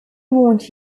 want